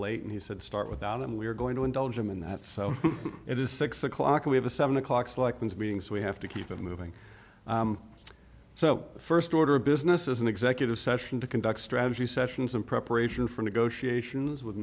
late and he said start without him we are going to indulge him in that so it is six o'clock we have a seven o'clock selections being so we have to keep it moving so st order of business is an executive session to conduct strategy sessions in preparation for negotiations with